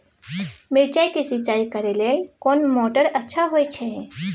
मिर्चाय के सिंचाई करे लेल कोन मोटर अच्छा होय छै?